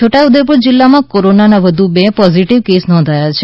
છોટાઉદેપુર જિલ્લામાં કોરોનાના વધુ બે પોઝીટીવ કેસ નોંધાયા છે